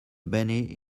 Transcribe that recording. benny